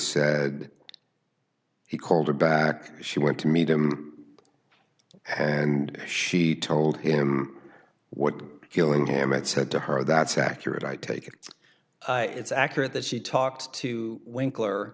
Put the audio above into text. said he called her back she went to meet him and she told him what killing him it said to her that's accurate i take it it's accurate that she talked to wink